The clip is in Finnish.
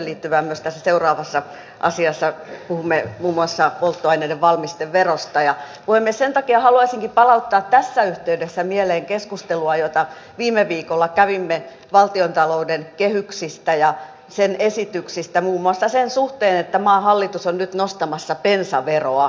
myös tässä seuraavassa asiassa puhumme muun muassa polttoaineiden valmisteverosta ja puhemies sen takia haluaisinkin palauttaa tässä yhteydessä mieleen keskustelua jota viime viikolla kävimme valtiontalouden kehyksistä ja esityksistä muun muassa sen suhteen että maan hallitus on nyt nostamassa bensaveroa